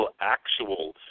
actual